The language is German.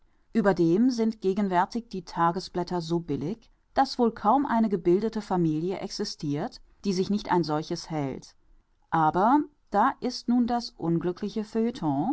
ueberdem sind gegenwärtig die tagesblätter so billig daß wohl kaum eine gebildete familie existirt die sich nicht ein solches hält aber da ist nun das unglückliche